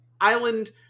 island